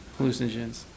hallucinogens